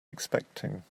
expecting